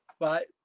Right